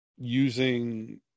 using